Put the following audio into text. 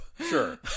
Sure